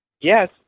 Yes